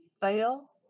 Fail